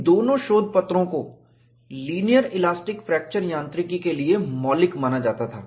इन दोनों शोधपत्रों को लीनियर इलास्टिक फ्रैक्चर यांत्रिकी के लिए मौलिक माना जाता था